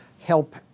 help